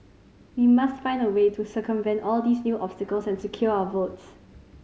we must find a way to circumvent all these new obstacles and secure our votes